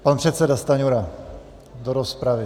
Pan předseda Stanjura do rozpravy.